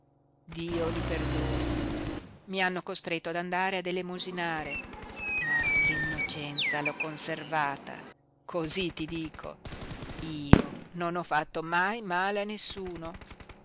dio li perdoni mi hanno costretto ad andare ad elemosinare ma l'innocenza l'ho conservata cosí ti dico io non ho fatto mai male a nessuno